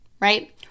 right